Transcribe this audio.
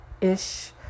ish